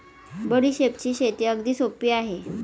बडीशेपची शेती अगदी सोपी आहे